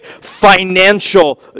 financial